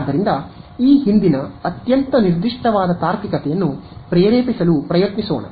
ಆದ್ದರಿಂದ ಈ ಹಿಂದಿನ ಅತ್ಯಂತ ನಿರ್ದಿಷ್ಟವಾದ ತಾರ್ಕಿಕತೆಯನ್ನು ಪ್ರೇರೇಪಿಸಲು ಪ್ರಯತ್ನಿಸೋಣ